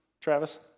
Travis